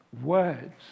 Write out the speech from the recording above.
words